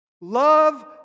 Love